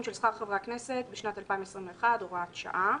של שכר חברי הכנסת בשנת 2021 (הוראת שעה)